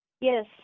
Yes